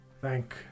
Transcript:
Thank